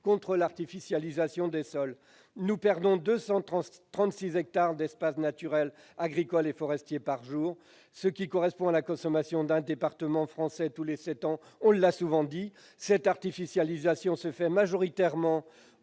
contre l'artificialisation des sols. C'était un cavalier ! Nous perdons 236 hectares d'espaces naturels, agricoles et forestiers par jour, ce qui correspond à la consommation d'un département français tous les sept ans. Cette artificialisation se fait majoritairement